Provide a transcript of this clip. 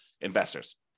investors